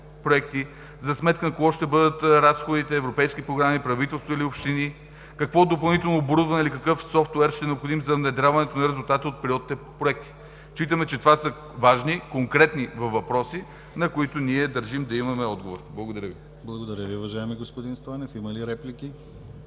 за сметка на кого ще бъдат разходите – европейски програми, правителство или общини? Какво допълнително оборудване или какъв софтуер ще е необходим за внедряването на резултатите от пилотните проекти? Считаме, че това са важни, конкретни въпроси, на които ние държим да имаме отговор. Благодаря Ви. ПРЕДСЕДАТЕЛ ДИМИТЪР ГЛАВЧЕВ: Благодаря Ви, уважаеми господин Стойнев. Има ли реплики?